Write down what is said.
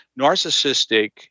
narcissistic